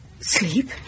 Sleep